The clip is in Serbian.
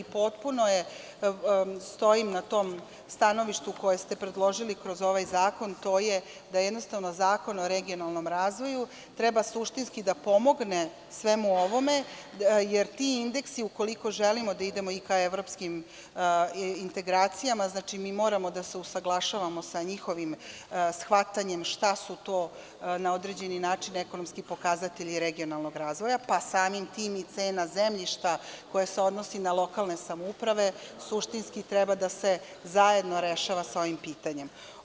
Potpuno stojim na tom stanovištu koji ste predložili kroz ovaj zakon, a to je da jednostavno Zakon o regionalnom razvoju treba suštinski da pomogne svemu ovome, jer ti indeksi, ukoliko želimo da idemo i ka evropskim integracijama, mi moramo da se usaglašavamo sa njihovim shvatanjima šta su to na određen način ekonomski pokazatelji regionalnog razvoja, pa samim tim i cena zemljišta koja se odnosi na lokalne samouprave suštinski treba da se zajedno rešava sa ovim pitanjima.